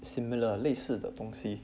similar 类似的东西